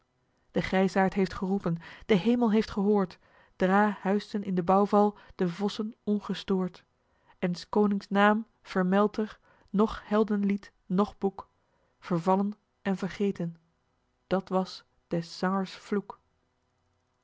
de grijsaard heeft geroepen de hemel heeft gehoord dra huisden in den bouwval de vossen ongestoord en s konings naam vermeldt er noch heldenlied noch boek vervallen en vergeten dat was des zangers vloek